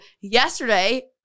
yesterday